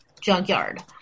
junkyard